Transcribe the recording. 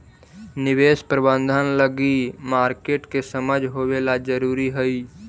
निवेश प्रबंधन लगी मार्केट के समझ होवेला जरूरी हइ